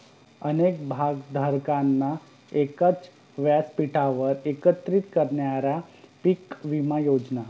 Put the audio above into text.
अनेक भागधारकांना एकाच व्यासपीठावर एकत्रित करणाऱ्या पीक विमा योजना